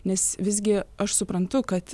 nes visgi aš suprantu kad